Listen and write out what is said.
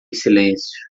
silêncio